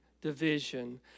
division